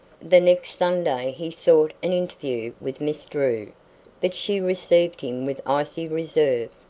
the next sunday he sought an interview with miss drew, but she received him with icy reserve.